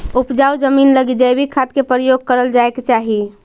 उपजाऊ जमींन लगी जैविक खाद के प्रयोग करल जाए के चाही